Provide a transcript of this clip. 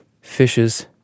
fishes